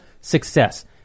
success